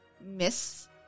miss